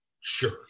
Sure